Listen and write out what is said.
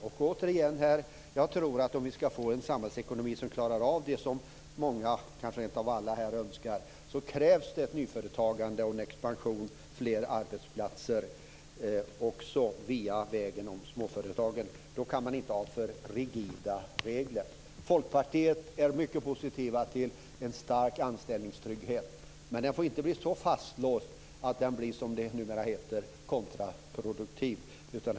Om vi ska få en samhällsekonomi som klarar av det som många här - kanske rentav alla - önskar krävs det ett nyföretagande, en expansion och fler arbetsplatser via småföretagen. Då kan man inte ha för rigida regler. Folkpartiet är mycket positivt till en stor anställningstrygghet, men den anställde får inte bli så fastlåst att reglerna blir kontraproduktiva, som det numera heter.